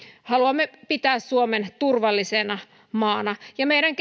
haluamme pitää suomen turvallisena maana meidän